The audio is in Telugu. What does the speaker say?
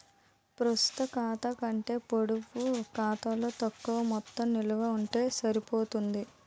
ప్రస్తుత ఖాతా కంటే పొడుపు ఖాతాలో తక్కువ మొత్తం నిలవ ఉంటే సరిపోద్ది